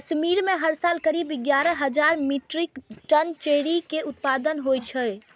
कश्मीर मे हर साल करीब एगारह हजार मीट्रिक टन चेरी के उत्पादन होइ छै